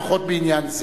לפחות בעניין זה.